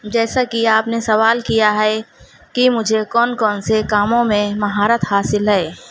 جیسا کہ آپ نے سوال کیا ہے کہ مجھے کون کون سے کاموں میں مہارت حاصل ہے